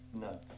No